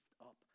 up